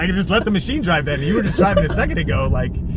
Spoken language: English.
and just let the machine drive, then. you were just driving a second ago. like,